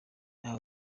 aho